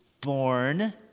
born